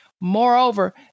Moreover